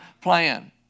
plan